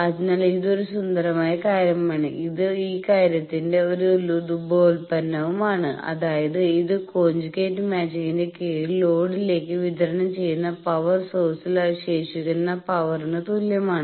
അതിനാൽ ഇത് ഒരു സുന്ദരമായ കാര്യമാണ് ഇത് ഈ കാര്യത്തിന്റെ ഒരു ഉപോൽപ്പന്നവുമാണ് അതായത് ഇത് കോഞ്ചുഗേറ്റ് മാച്ചിങ്ന്റെ കീഴിൽ ലോഡിലേക്ക് വിതരണം ചെയ്യുന്ന പവർ സോഴ്സിൽ ശേഷിക്കുന്ന പവറിന് തുല്യമാണ്